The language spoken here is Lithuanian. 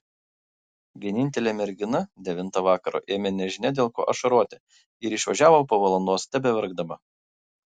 vienintelė mergina devintą vakaro ėmė nežinia dėl ko ašaroti ir išvažiavo po valandos tebeverkdama